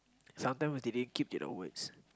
sometime they din keep to their words